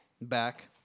back